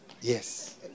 Yes